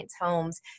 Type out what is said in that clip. homes